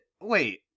wait